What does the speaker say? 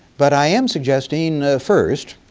but i am suggesting, first,